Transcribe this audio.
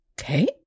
Okay